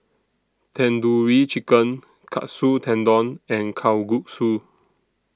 Tandoori Chicken Katsu Tendon and Kalguksu